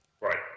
Right